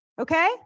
okay